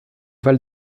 val